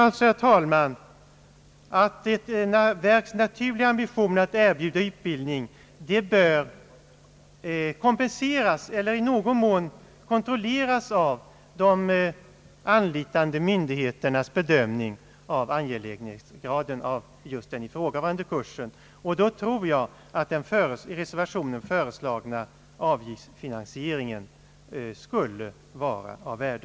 Jag menar, herr talman, att ett verks naturliga ambition att erbjuda utbildning bör kompenseras eller i någon mån kontrolleras av de anlitande myndigheternas bedömning av angelägenhetsgrader av just den ifrågavarande kursen. Jag tror att den i reservationen föreslagna avgiftsfinansieringen därvid skulle vara av värde.